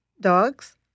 dogs